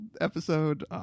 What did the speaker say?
episode